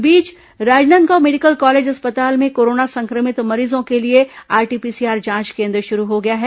इस बीच Rajnandgaon medical college अस्पताल में कोरोना संक्रमित मरीजों के लिए आरटी पीसीआर जांच केन्द्र शुरू हो गया है